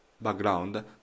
background